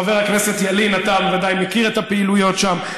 חבר הכנסת ילין, אתה בוודאי מכיר את הפעילויות שם.